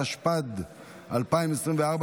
התשפ"ד 2024,